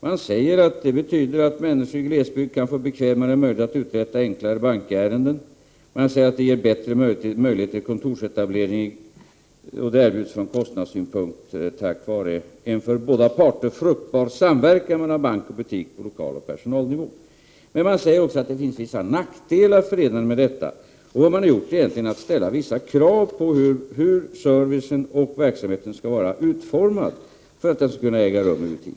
Man säger att det betyder att människor i glesbygd kan få bekvämare möjligheter att uträtta enklare bankärenden, vidare att det ger bättre möjligheter till kontorsetablering och erbjuder fördelar ur kostnadssynpunkt tack vare en för båda parter fruktbar samverkan mellan bank och butik på lokal och personell nivå. Man säger också att det finns vissa nackdelar förenade med verksamheten. Det bankinspektionen har gjort är att ställa vissa krav på hur servicen och verksamheten skall vara utformade för att verksamheten skall kunna äga rum i butik.